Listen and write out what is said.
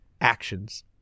actions